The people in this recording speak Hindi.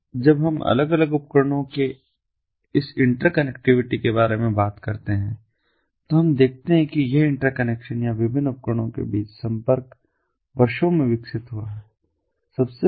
अब जब हम अलग अलग उपकरणों के इस इंटरकनेक्टिविटी के बारे में बात करते हैं तो हम देखते हैं कि यह इंटरकनेक्शन या विभिन्न उपकरणों के बीच संपर्क वर्षों में विकसित हुआ है